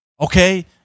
okay